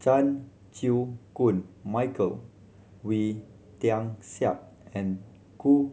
Chan Chew Koon Michael Wee Tian Siak and Khoo